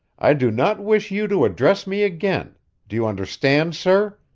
i do not wish you to address me again do you understand, sir?